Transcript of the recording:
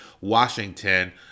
Washington